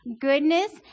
goodness